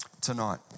tonight